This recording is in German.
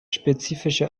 spezifische